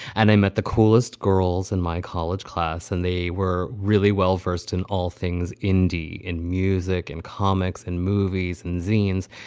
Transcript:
and i met the coolest girls in my college class, and they were really well versed in all things indie in music and comics and movies. and zina's